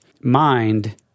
mind